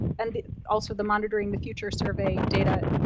and also the monitoring the future survey data,